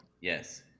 yes